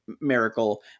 miracle